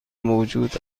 موجود